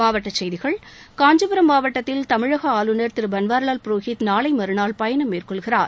மாவட்டச் செய்திகள் காஞ்சிபுரம் மாவட்டத்தில் தமிழக ஆளுநர் திரு பன்வாரிவால் புரோஹித் நாளை மறுநாள் பயணம் மேற்கொள்கிறார்